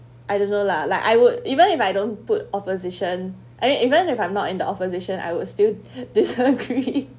I don't know lah like I would even if I don't put opposition I mean even if I'm not in the opposition I would still disagree.